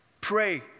pray